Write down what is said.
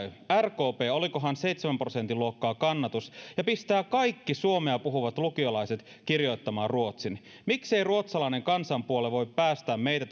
rkp olikohan seitsemän prosentin luokkaa kannatus ja pistää kaikki suomea puhuvat lukiolaiset kirjoittamaan ruotsin miksei ruotsalainen kansanpuolue voi päästää meitä